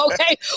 okay